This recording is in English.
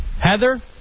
Heather